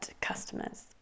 customers